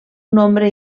nombre